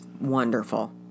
wonderful